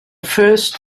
first